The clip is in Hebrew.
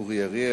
אורי אריאל,